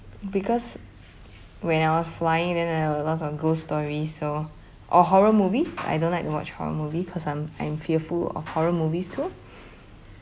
because when I was flying then I heard a lots of ghost story so or horror movies I don't like to watch horror movie cause I'm I'm fearful of horror movies too